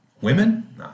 women